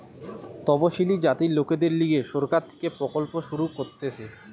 তপসিলি জাতির লোকদের লিগে সরকার থেকে প্রকল্প শুরু করতিছে